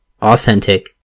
authentic